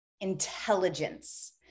intelligence